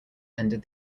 ended